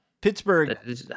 Pittsburgh